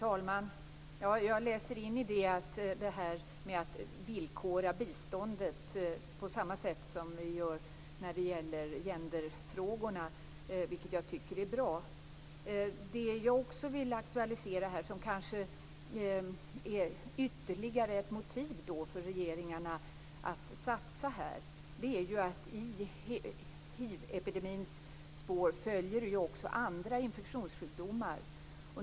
Fru talman! Jag läser in i det att man villkorar biståndet på samma sätt som vi gör när det gäller gender-frågorna, vilket jag tycker är bra. Det jag också vill aktualisera, och det kanske är ytterligare ett motiv för regeringarna att satsa, är att även andra infektionssjukdomar följer i hivepidemins spår.